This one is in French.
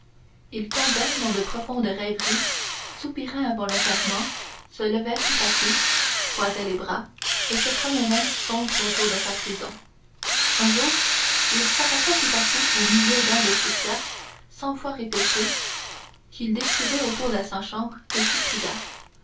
il tombait dans de profondes rêveries soupirait involontairement se levait tout à coup croisait les bras et se promenait sombre autour de sa prison un jour il s'arrêta tout à coup au milieu d'un de ces cercles cent fois répétés qu'il décrivait autour de sa chambre et s'écria